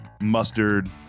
mustard